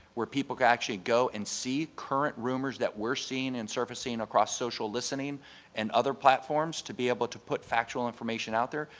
where people can go and see current rumors that we're seeing and surfacing across social listening and other platforms to be able to put factual information out there.